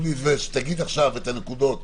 שתאמר את הנקודות,